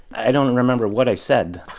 i don't remember what i said.